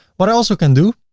what i also can do,